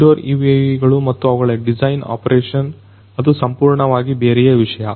indoor UAV ಗಳು ಮತ್ತು ಅವುಗಳ ಡಿಸೈನ್ ಆಪರೇಷನ್ ಅದು ಸಂಪೂರ್ಣವಾಗಿ ಬೇರೆಯೇ ವಿಷಯ